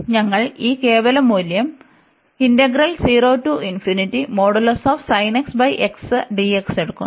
അതിനാൽ ഞങ്ങൾ ഈ കേവല മൂല്യം എടുക്കുന്നു